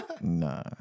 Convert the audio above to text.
Nah